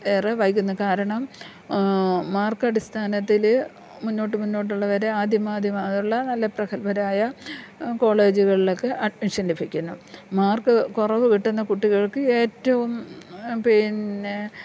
ഏറെ വൈകുന്നു കാരണം മാർക്ക് അടിസ്ഥാനത്തിൽ മുന്നോട്ട് മുന്നോട്ടുള്ളവരെ ആദ്യമാദ്യമുള്ള നല്ല പ്രഗൽഭരായ കോളേജുകളിലക്ക് അഡ്മിഷൻ ലഭിക്കുന്നു മാർക്ക് കുറവ് കിട്ടുന്ന കുട്ടികൾക്ക് ഏറ്റവും പിന്നെ